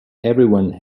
everyone